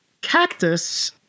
cactus